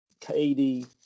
KD